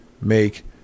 make